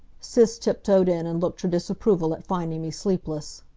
sis tiptoed in and looked her disapproval at finding me sleepless.